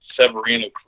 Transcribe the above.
Severino